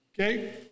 Okay